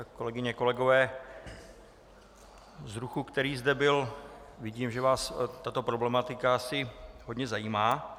Kolegyně, kolegové, z ruchu, který zde byl, vidím, že vás tato problematika asi hodně zajímá.